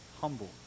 humble